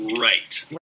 Right